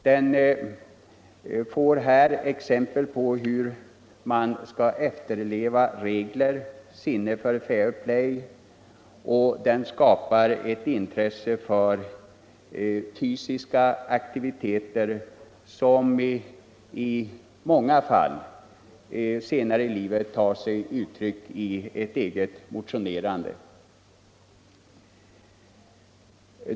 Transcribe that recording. Idrotten visar de unga exempel på hur man skall efterleva regler, den ger sinne för fair play, och den skapar ett intresse för fysiska aktiviteter som i många fall senare i livet tar sig uttryck i ett eget motionerande.